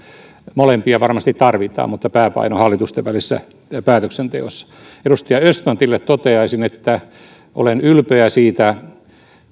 molempia varmasti tarvitaan mutta pääpaino hallitustenvälisessä päätöksenteossa edustaja östmanille toteaisin että olen ylpeä siitä